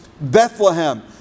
Bethlehem